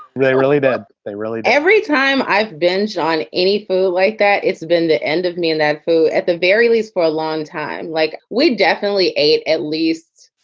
they really that they really. every time i've been on any food like that, it's been the end of me in that food at the very least for a long time. like we've definitely eight at least